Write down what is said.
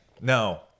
no